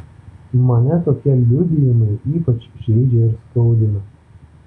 mane tokie liudijimai ypač žeidžia ir skaudina